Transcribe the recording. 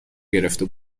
گرفته